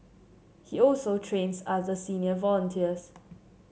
he also trains other senior volunteers